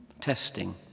testing